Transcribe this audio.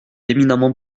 éminemment